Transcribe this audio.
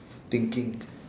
thinking